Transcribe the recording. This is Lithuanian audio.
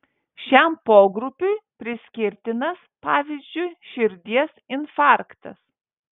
šiam pogrupiui priskirtinas pavyzdžiui širdies infarktas